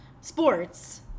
Sports